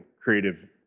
creative